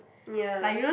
ya